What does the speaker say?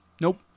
Nope